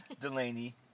Delaney